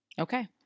Okay